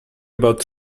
about